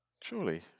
Surely